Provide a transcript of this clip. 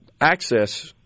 access